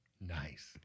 Nice